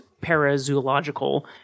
para-zoological